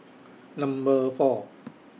Number four